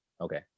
Okay